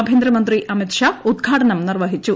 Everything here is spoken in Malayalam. ആഭ്യന്തരമന്ത്രി അമിത് ഷാ ഉദ്ഘാടനം നിർവഹിച്ചു